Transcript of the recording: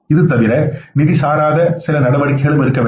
இது தவிர சில நிதி சாராத நடவடிக்கைகளும் இருக்க வேண்டும்